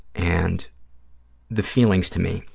and the feelings, to me,